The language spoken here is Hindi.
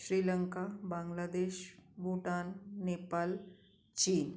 श्री लंका बांग्लादेश भूटान नेपाल चीन